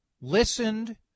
listened